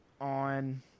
on